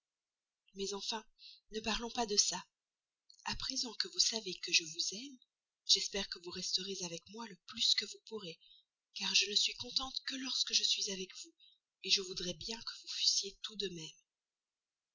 mais enfin ne parlons pas de ça à présent que vous savez que je vous aime j'espère que vous resterez avec moi le plus que vous pourrez car je ne suis contente que quand je suis avec vous je voudrais bien que vous fussiez tout de même